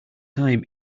time